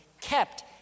kept